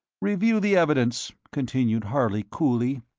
review the evidence, continued harley, coolly.